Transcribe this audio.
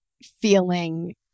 feeling